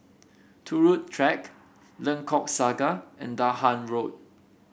Turut Track Lengkok Saga and Dahan Road